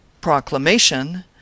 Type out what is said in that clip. proclamation